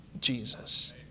Jesus